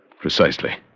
Precisely